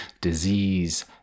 disease